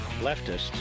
leftists